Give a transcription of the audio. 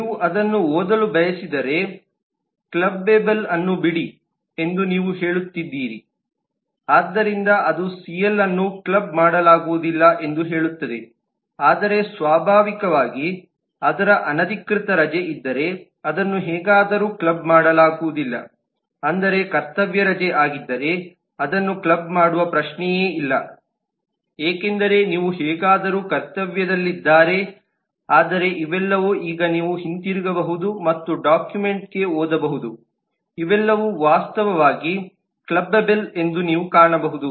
ನೀವು ಅದನ್ನು ಓದಲು ಬಯಸಿದರೆ ಕ್ಲಬ್ಬೆಬಲ್ ಅನ್ನು ಬಿಡಿ ಎಂದು ನೀವು ಹೇಳುತ್ತೀರಿ ಆದ್ದರಿಂದ ಅದು ಸಿಎಲ್ ಅನ್ನು ಕ್ಲಬ್ ಮಾಡಲಾಗುವುದಿಲ್ಲ ಎಂದು ಹೇಳುತ್ತದೆ ಆದರೆ ಸ್ವಾಭಾವಿಕವಾಗಿ ಅದರ ಅನಧಿಕೃತ ರಜೆ ಇದ್ದರೆ ಅದನ್ನು ಹೇಗಾದರೂ ಕ್ಲಬ್ ಮಾಡಲಾಗುವುದಿಲ್ಲ ಆದರೆ ಕರ್ತವ್ಯ ರಜೆ ಆಗಿದ್ದರೆ ಅದನ್ನು ಕ್ಲಬ್ ಮಾಡುವ ಪ್ರಶ್ನೆಯೇ ಇಲ್ಲ ಏಕೆಂದರೆ ನೀವು ಹೇಗಾದರೂ ಕರ್ತವ್ಯದಲ್ಲಿದ್ದಾರೆ ಆದರೆ ಇವೆಲ್ಲವೂ ಈಗ ನೀವು ಹಿಂತಿರುಗಬಹುದು ಮತ್ತು ಡಾಕ್ಯುಮೆಂಟ್ಗೆ ಓದಬಹುದು ಇವೆಲ್ಲವೂ ವಾಸ್ತವವಾಗಿ ಕ್ಲಬ್ಬೆಬಲ್ ಎಂದು ನೀವು ಕಾಣಬಹುದು